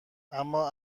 اما